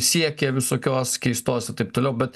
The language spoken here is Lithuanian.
siekė visokios keistos ir taip toliau bet